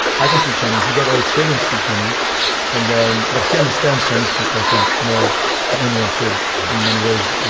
i can speak chinese, he got all his children speak chinese and then, but he understands chinese people, i think more than anyone could in many ways.